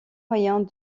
moyens